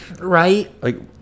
Right